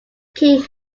king